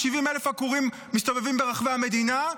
70,000 עקורים מסתובבים ברחבי המדינה.